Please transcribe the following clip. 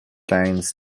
gains